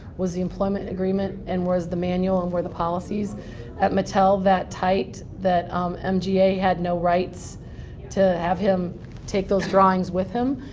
was the employment agreement and was the manual and were the policies at mattel that tight that mga had no rights to have him take those drawings with him.